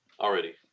Already